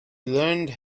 learned